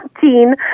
teen